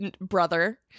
brother